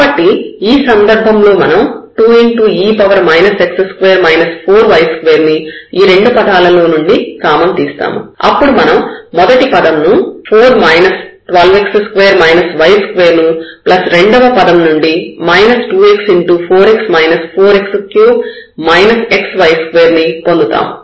కాబట్టి ఈ సందర్భంలో మనం 2e x2 4y2 ని ఈ రెండు పదాలలో నుండి కామన్ తీస్తాము అప్పుడు మనం మొదటి పదం నుండి 4 12 x2 y2 ను ప్లస్ రెండవ పదం నుండి 2x ని పొందుతాము